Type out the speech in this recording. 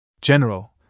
General